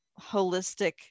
holistic